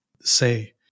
say